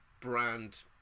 brand